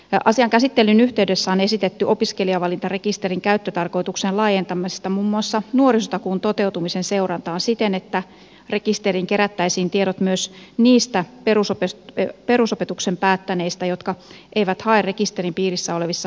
asian käsittelyn yhteydessä on esitetty opiskelijavalintarekisterin käyttötarkoituksen laajentamista muun muassa nuorisotakuun toteutumisen seurantaan siten että rekisteriin kerättäisiin tiedot myös niistä perusopetuksen päättäneistä jotka eivät hae rekisterin piirissä olevissa hauissa